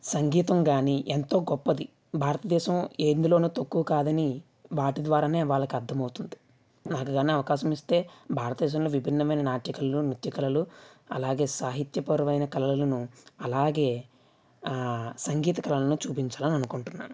సంగీతం కానీ ఎంతో గొప్పది భారతదేశం ఎందులో తక్కువ కాదని వాటి ద్వారా వాళ్ళకి అర్దమవుతుంది నాకు గాన ఒక అవకాశం ఇస్తే భారతదేశంలో విభిన్నం అయిన నాట్య కళలు నృత్య కళలు అలాగే సాహిత్యపరమైన కళలను అలాగే సంగీత కళలను చూపించాలి అని అనుకుంటున్నాను